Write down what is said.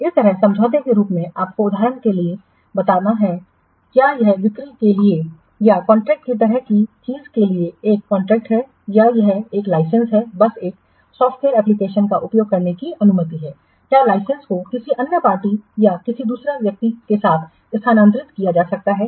इसी तरह समझौते के रूप में आपको उदाहरण के लिए बताना क्या यह बिक्री के लिए या कॉन्ट्रैक्ट की तरह की चीज के लिए एक कॉन्ट्रैक्ट है या यह एक लाइसेंस है बस एक सॉफ्टवेयर एप्लिकेशन का उपयोग करने की अनुमति है क्या लाइसेंस को किसी अन्य पार्टी या किसी दूसरा व्यक्ति में स्थानांतरित किया जा सकता है